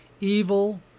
evil